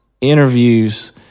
interviews